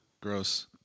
gross